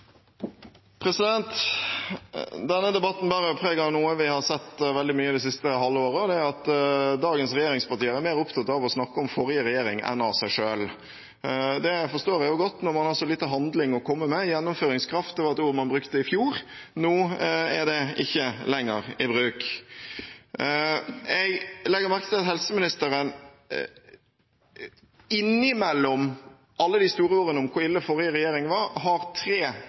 Denne debatten bærer preg av noe vi har sett mye av det siste halvåret. Det er at dagens regjeringspartier er mer opptatt av å snakke om forrige regjering enn av å snakke om seg selv. Det forstår jeg godt når man har så lite handling å komme med – gjennomføringskraft var et ord man brukte i fjor. Nå er det ikke lenger i bruk. Jeg la merke til at helseministeren innimellom alle de store ordene om hvor ille den forrige regjeringen var, hadde tre